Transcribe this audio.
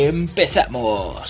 ¡Empezamos